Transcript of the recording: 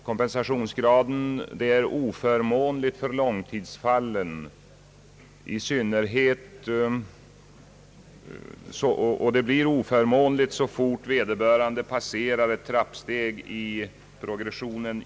Kompensationsgraden blir oförmånlig för långtidsfallen, och den blir oförmånlig på grund av trappstegen i skatteprogressionen.